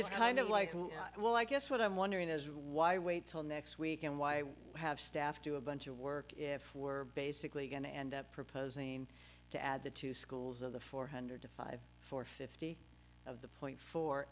it's kind of like you know well i guess what i'm wondering is why wait till next week and why we have staff do a bunch of work if we're basically going to end up proposing to add the two schools of the four hundred to five for fifty of the point four